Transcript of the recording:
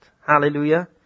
Hallelujah